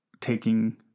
taking